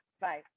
Bye